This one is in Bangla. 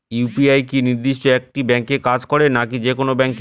ইউ.পি.আই কি নির্দিষ্ট একটি ব্যাংকে কাজ করে নাকি যে কোনো ব্যাংকে?